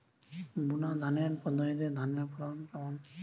বুনাধানের পদ্ধতিতে ধানের ফলন কেমন?